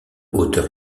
auteur